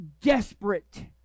desperate